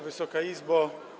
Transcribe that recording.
Wysoka Izbo!